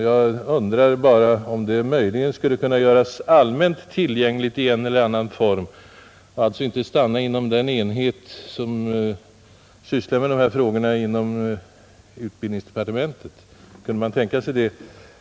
Jag undrar bara om det skulle kunna göras allmänt tillgängligt i en eller annan form och alltså inte stanna inom den enhet som sysslar med dessa frågor inom utbildningsdepartementet. Kan man tänka sig det?